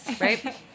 right